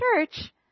church